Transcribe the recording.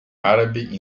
árabe